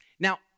Now